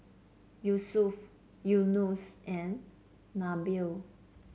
Yusuf Yunos and Nabil